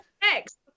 next